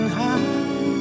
high